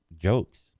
jokes